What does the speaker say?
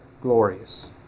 glorious